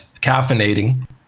caffeinating